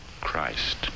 Christ